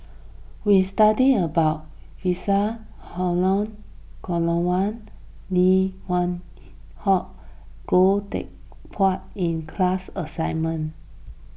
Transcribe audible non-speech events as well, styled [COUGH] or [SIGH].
we studied about Visa [UNINTELLIGIBLE] Lim [UNINTELLIGIBLE] Hock and Goh Teck Phuan in class assignment